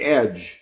edge